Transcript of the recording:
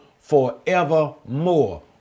forevermore